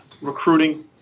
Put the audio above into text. recruiting